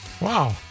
Wow